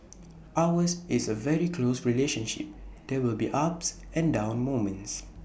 ours is A very close relationship there will be ups and down moments